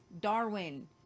Darwin